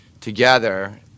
Together